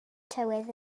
tywydd